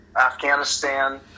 Afghanistan